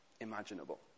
imaginable